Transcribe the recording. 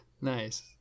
Nice